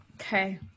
Okay